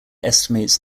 estimates